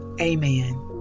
Amen